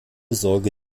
sorge